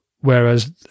Whereas